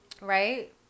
right